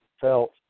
felt